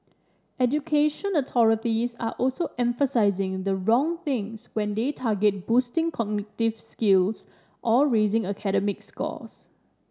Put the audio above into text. education authorities are also emphasising the wrong things when they target boosting cognitive skills or raising academic scores